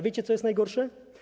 Wiecie, co jest najgorsze?